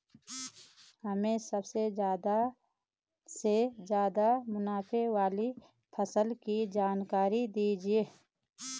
हमें सबसे ज़्यादा से ज़्यादा मुनाफे वाली फसल की जानकारी दीजिए